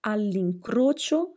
All'incrocio